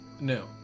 No